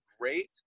great